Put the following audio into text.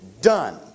Done